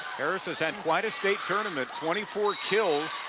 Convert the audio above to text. harris has had quite a state tournament. twenty four kills